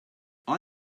all